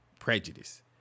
prejudice